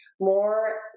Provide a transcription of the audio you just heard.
more